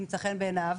ימצא חן בעיניו,